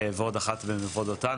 ועוד אחת במבוא דותן,